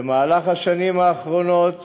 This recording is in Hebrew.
במהלך השנים האחרונות